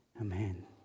amen